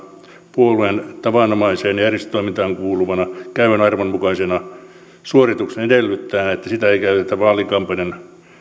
puolueen tavanomaiseen järjestötoimintaan kuuluvana käyvän arvon mukaisena suorituksena edellyttäen että sitä ei käytetä vaalikampanjan